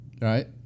Right